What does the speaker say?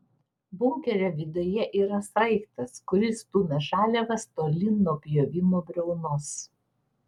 bunkerio viduje yra sraigtas kuris stumia žaliavas tolyn nuo pjovimo briaunos